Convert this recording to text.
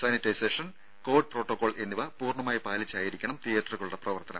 sanitisation COVID protocol എന്നിവ പൂർണമായി പാലിച്ചായിരിക്കണം തിയേറ്ററുകളുടെ പ്രവർത്തനം